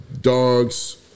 dogs